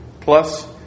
plus